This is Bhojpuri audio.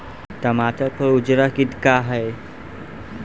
टमाटर पर उजला किट का है?